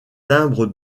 timbres